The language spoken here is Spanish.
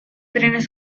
trenes